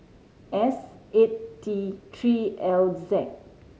S eight T Three L Z